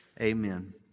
Amen